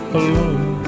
alone